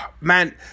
Man